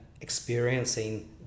experiencing